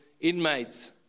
inmates